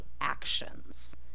actions